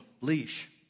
leash